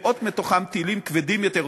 מאות מתוכם טילים כבדים יותר,